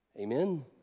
Amen